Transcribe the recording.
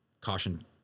caution